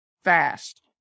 Fast